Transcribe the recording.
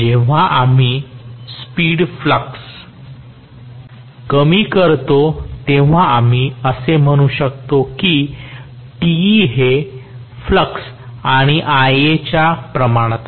जेव्हा आम्ही speed flux कमी करतो तेव्हा आम्ही असे म्हणू शकतो की Te हे फ्लॅक्स आणि Ia च्या प्रमाणात आहे